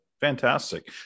Fantastic